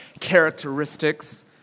characteristics